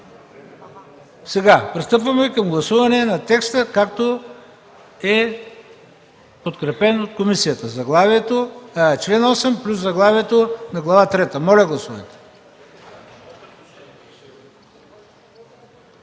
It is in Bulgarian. ДПС.) Пристъпваме към гласуване на текста, както е подкрепен от комисията: чл. 8 плюс заглавието на Глава трета. Моля, гласувайте.